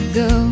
go